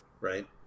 right